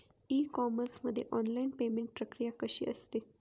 E commerce मध्ये online payment प्रक्रिया कशी असते?